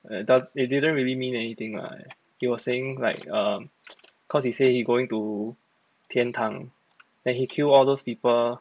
err it didn't really mean anything lah he was saying like err cause he say he going to 天堂 then he kill all those people